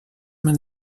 man